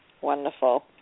Wonderful